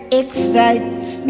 excites